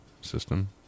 system